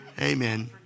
Amen